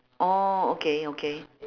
oh okay okay